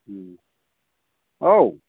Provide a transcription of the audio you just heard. औ